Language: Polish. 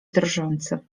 drżący